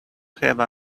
have